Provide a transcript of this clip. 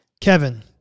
Kevin